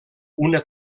una